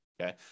Okay